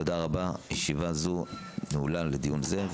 תודה רבה, ישיבה זו נעולה לדיון זה.